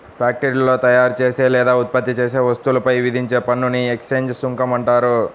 ఫ్యాక్టరీలో తయారుచేసే లేదా ఉత్పత్తి చేసే వస్తువులపై విధించే పన్నుని ఎక్సైజ్ సుంకం అంటారు